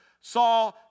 saw